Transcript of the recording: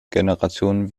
generation